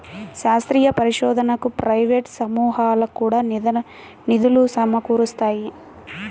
శాస్త్రీయ పరిశోధనకు ప్రైవేట్ సమూహాలు కూడా నిధులు సమకూరుస్తాయి